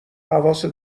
حواست